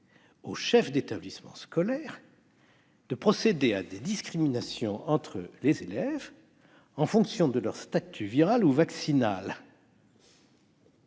aux chefs d'établissement scolaire de procéder à des discriminations entre les élèves en fonction de leur statut viral ou vaccinal.